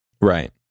Right